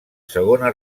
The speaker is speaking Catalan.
segona